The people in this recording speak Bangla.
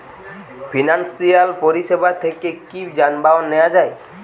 ফিনান্সসিয়াল পরিসেবা থেকে কি যানবাহন নেওয়া যায়?